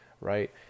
right